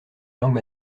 langue